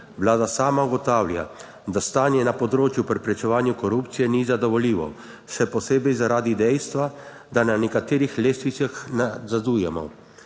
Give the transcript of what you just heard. Vlada sama ugotavlja, da stanje na področju preprečevanja korupcije ni zadovoljivo, še posebej zaradi dejstva, da na nekaterih lestvicah nazadujemo,